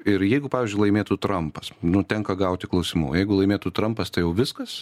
ir jeigu pavyzdžiui laimėtų trampas nu tenka gauti klausimų o jeigu laimėtų trampas tai jau viskas